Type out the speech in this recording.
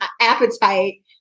appetite